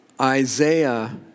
Isaiah